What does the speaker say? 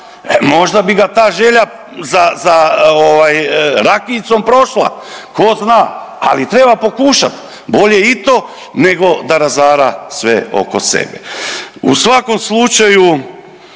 možda bi ga ta želja za, za ovaj rakijicom prošla, tko zna, ali treba pokušat. Bolje i to nego da razara sve oko sebe. U svakom slučaju